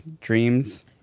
dreams